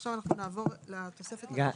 ועכשיו אנחנו נעבור לתוספת הראשונה.